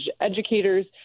educators